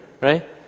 right